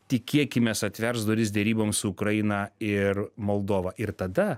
tikėkimės atvers duris deryboms su ukraina ir moldova ir tada